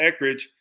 Eckridge